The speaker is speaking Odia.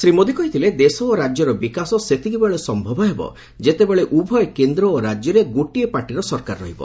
ଶ୍ରୀ ମୋଦି କହିଥିଲେ ଦେଶ ଓ ରାଜ୍ୟର ବିକାଶ ସେତିକିବେଳେ ସମ୍ଭବ ହେବ ଯେତେବେଳେ ଉଭୟ କେନ୍ଦ୍ର ଓ ରାଜ୍ୟରେ ଗୋଟିଏ ପାର୍ଟିର ସରକାର ରହିବ